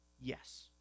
Yes